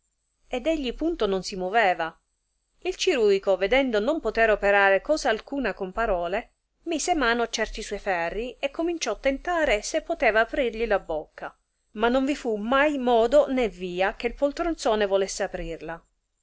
ed egli punto non si moveva il ciruico vedendo non poter operare cosa alcuna con parole mise mano a certi suoi ferri e cominciò tentare se poteva aprirgli la bocca ma non vi fu mai modo né via che poltroni ne volesse aprirla